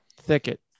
thicket